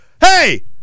Hey